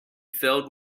filled